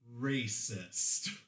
racist